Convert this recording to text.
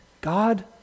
God